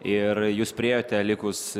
ir jūs priėjote likus